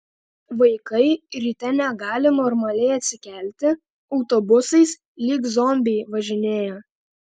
vaikai ryte negali normaliai atsikelti autobusais lyg zombiai važinėja